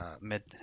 mid